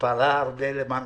פעלה רבות למען